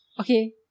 Okay